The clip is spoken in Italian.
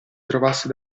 trovasse